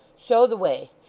show the way.